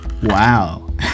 Wow